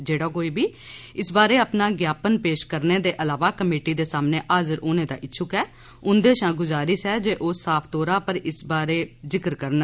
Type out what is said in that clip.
जेह्ड़ा कोई बी इस बारै अपना ज्ञापन पेश करने दे अलावा कमेटी दे सामने हाजिर होने दा इच्छुक ऐ उंदे शा गुजारिश ऐ जे ओह् साफ तौर पर इस बारै जिक्र करन